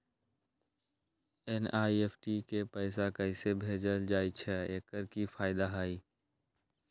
NEFT से पैसा कैसे भेजल जाइछइ? एकर की फायदा हई?